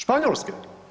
Španjolske.